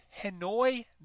Hanoi